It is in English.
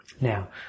Now